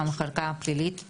המחלקה הפלילית,